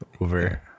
over